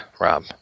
Rob